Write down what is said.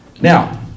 now